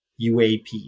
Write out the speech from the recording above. UAP